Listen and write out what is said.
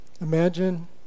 Imagine